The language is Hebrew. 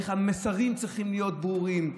המסרים צריכים להיות ברורים,